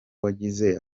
wagize